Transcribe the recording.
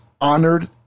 honored